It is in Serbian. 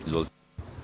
Izvolite.